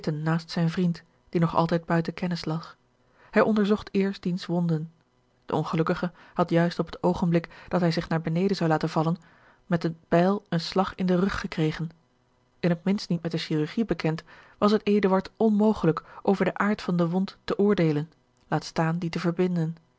naast zijn vriend die nog altijd buiten kennis lag hij onderzocht eerst diens wonden de ongelukkige had juist op het oogenblik dat hij zich naar beneden zou laten vallen met de bijl een slag in den rug gekregen in het minst niet met de chirurgie bekend was het eduard onmogelijk over den aard van de wond te oordeelen laat staan die te verbinden